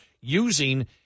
using